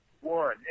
one